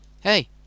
Hey